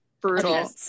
brutal